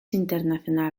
internacional